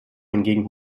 hingegen